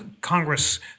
Congress